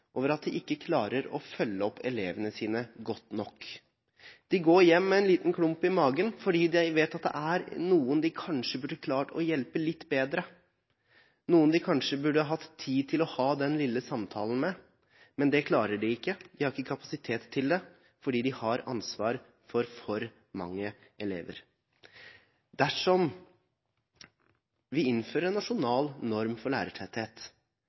at de ikke klarer å følge opp elevene sine godt nok. De går hjem med en liten klump i magen fordi de vet at det er noen de kanskje burde klart å hjelpe litt bedre, noen de kanskje burde hatt tid til å ha den lille samtalen med – men det klarer de ikke, de har ikke kapasitet til det, fordi de har ansvar for for mange elever. Dersom vi innfører en nasjonal norm for lærertetthet,